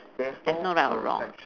there's no right or wrong